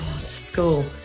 school